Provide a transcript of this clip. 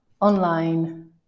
online